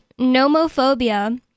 nomophobia